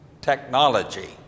technology